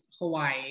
Hawaii